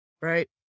right